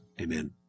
Amen